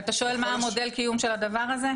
אתה שואל מה מודל הקיום של הדבר הזה?